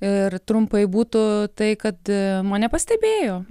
ir trumpai būtų tai kad mane pastebėjo